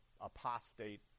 apostate